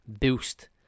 boost